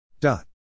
dot